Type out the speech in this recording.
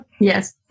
Yes